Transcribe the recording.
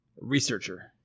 Researcher